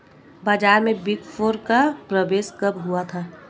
बाजार में big four का प्रवेश कब हुआ था?